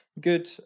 Good